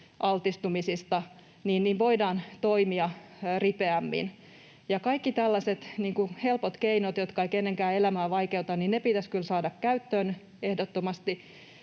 altistumisista, niin voidaan toimia ripeämmin, ja kaikki tällaiset helpot keinot, jotka eivät kenenkään elämää vaikeuta, pitäisi kyllä saada käyttöön ehdottomasti.